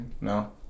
no